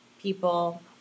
people